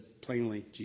plainly